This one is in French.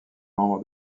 membre